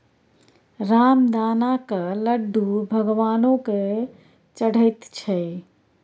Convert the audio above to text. रामदानाक लड्डू भगवानो केँ चढ़ैत छै